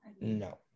no